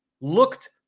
looked